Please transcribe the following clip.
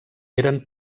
eren